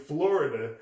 Florida